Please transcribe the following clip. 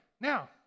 now